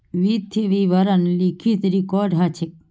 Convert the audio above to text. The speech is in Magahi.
वित्तीय विवरण लिखित रिकॉर्ड ह छेक